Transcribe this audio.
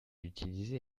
utilisée